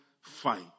fight